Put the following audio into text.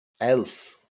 Elf